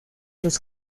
los